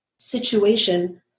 situation